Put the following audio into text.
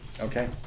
Okay